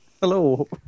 Hello